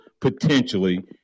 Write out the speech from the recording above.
potentially